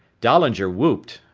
dahlinger whooped.